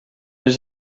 does